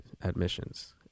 Admissions